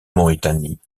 mauritanie